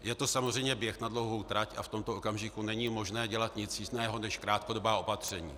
Je to samozřejmě běh na dlouhou trať a v tomto okamžiku není možné dělat nic jiného než krátkodobá opatření.